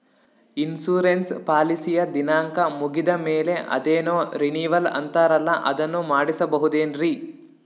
Insurance ಪಾಲಿಸಿಯ ದಿನಾಂಕ ಮುಗಿದ ಮೇಲೆ ಅದೇನೋ ರಿನೀವಲ್ ಅಂತಾರಲ್ಲ ಅದನ್ನು ಮಾಡಿಸಬಹುದೇನ್ರಿ?